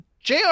JR